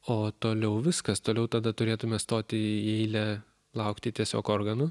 o toliau viskas toliau tada turėtume stoti į eilę laukti tiesiog organų